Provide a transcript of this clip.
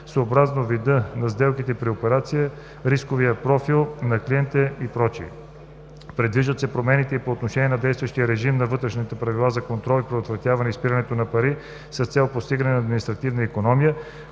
съобразно вида на сделката или операцията, рисковия профил на клиента и прочее. Предвиждат се промени и по отношение на действащия режим на Вътрешните правила за контрол и предотвратяване изпирането на пари с цел постигане на административна икономия.